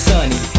Sunny